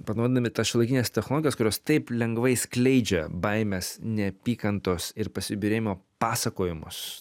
panaudodami tas šiuolaikines technologijas kurios taip lengvai skleidžia baimės neapykantos ir pasibjaurėjimo pasakojimus